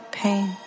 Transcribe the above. pain